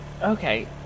Okay